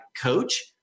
coach